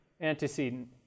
antecedent